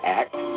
act